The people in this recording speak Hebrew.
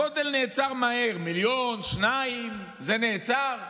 הגודל נעצר מהר, מיליון, שניים, זה נעצר,